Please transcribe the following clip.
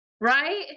Right